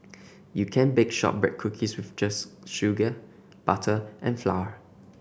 you can bake shortbread cookies with just sugar butter and flour